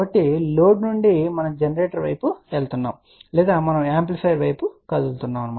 కాబట్టి లోడ్ నుండి మనం జనరేటర్ వైపు వెళ్తున్నాము లేదా మనము యాంప్లిఫైయర్ వైపు కదులుతున్నాము